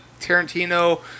Tarantino